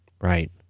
Right